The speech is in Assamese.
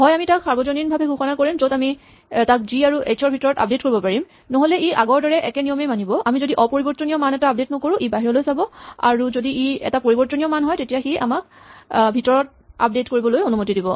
হয় আমি তাক সাৰ্বজনীনভাৱে ঘোষণা কৰিম য'ত আমি তাক জি আৰু এইচ ৰ ভিতৰত আপডেট কৰিব পাৰিম নহ'লে ই আগৰ দৰে একে নিয়মেই মানিব আমি যদি অপৰিবৰ্তনীয় মান এটা আপডেট নকৰো ই বাহিৰলৈ চাব আৰু যদি এটা পৰিবৰ্তনীয় মান হয় তেতিয়া ই আমাক ভিতৰত আপডেট কৰিবলৈ অনুমতি দিব